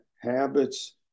habits